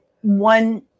one